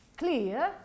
clear